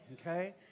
okay